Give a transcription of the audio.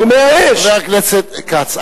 חבר הכנסת כץ,